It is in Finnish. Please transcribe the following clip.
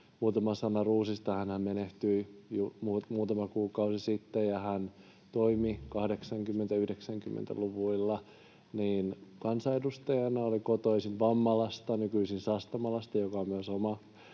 Muutama sana Roosista: Hänhän menehtyi muutama kuukausi sitten, ja hän toimi 80—90-luvuilla kansanedustajana, oli kotoisin Vammalasta, nykyisin Sastamalasta, joka on myös oma